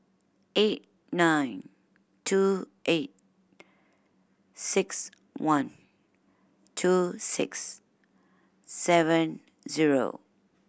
eight nine two eight six one two six seven zero